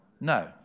No